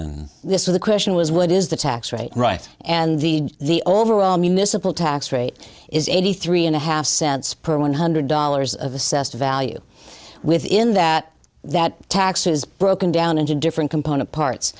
a question was what is the tax rate right and the the overall municipal tax rate is eighty three and a half cents per one hundred dollars of assessed value within that that tax is broken down into different component parts